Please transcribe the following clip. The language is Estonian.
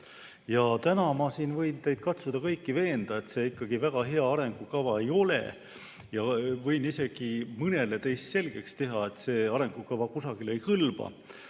Täna võin ma katsuda teid kõiki veenda, et see ikkagi väga hea arengukava ei ole, ja võin isegi mõnele teist selgeks teha, et see arengukava kusagile ei kõlba,